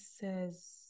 says